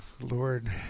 Lord